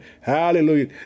Hallelujah